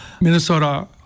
Minnesota